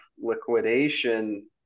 liquidation